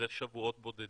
זה שבועות בודדים.